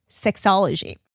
sexology